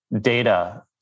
data